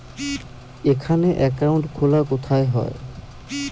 এখানে অ্যাকাউন্ট খোলা কোথায় হয়?